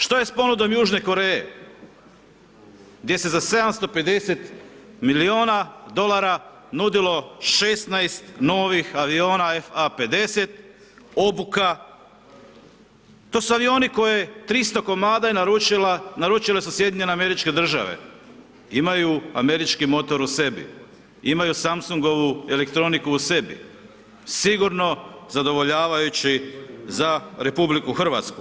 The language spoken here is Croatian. Što je s ponudom Južne Koreje gdje se za 750 milijuna dolara nudilo 16 novih aviona FA-50, obuka, to su avioni koje je, 300 komada je naručila, naručile su SAD, imaju američki motor u sebi, imaju Samsungovu elektroniku u sebi, sigurno zadovoljavajući za RH.